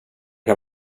kan